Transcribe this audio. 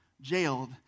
jailed